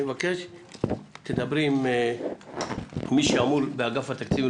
אני מבקש שתדברי עם מי שאחראי באגף התקציבים.